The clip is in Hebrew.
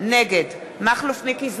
נגד מכלוף מיקי זוהר,